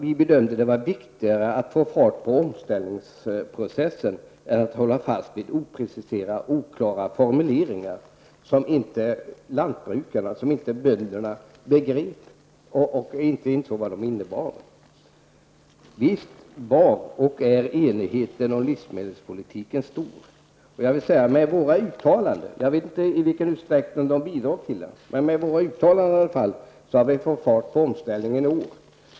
Vi bedömer det vara viktigare att få fart på omställningsprocessen än att hålla fast vid opreciserade, oklara formuleringar, vars innebörd bönderna inte begriper. Visst var och är enigheten om livsmedelspolitiken stor. Vi har med våra uttalanden -- jag vet inte i vilken utsträckning herr Brunander har bidragit -- fått fart på omställningen i år.